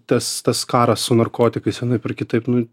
tas tas karas su narkotikais vienaip ar kitaip nu